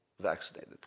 vaccinated